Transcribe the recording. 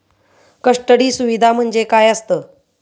Custody सुविधा म्हणजे काय असतं?